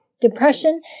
Depression